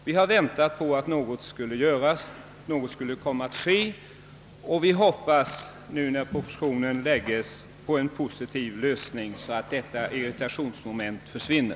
Vi har väntat på att någonting skulle komma att ske, och vi hoppas, när propositionen nu lägges, på en positiv lösning så att detta irritationsmoment försvinner,